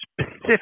specific